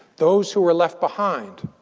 those who are left behind.